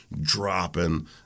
dropping